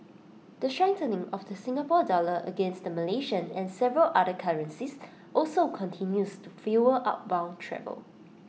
the strengthening of the Singapore dollar against the Malaysian and several other currencies also continues to fuel outbound travel